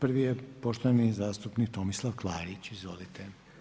Prvi je poštovani zastupnik Tomislav Klarić, izvolite.